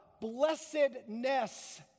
blessedness